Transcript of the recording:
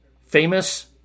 famous